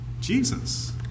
Jesus